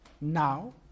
now